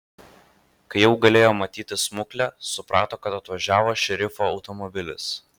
kai jau galėjo matyti smuklę suprato kad atvažiavo šerifo automobilis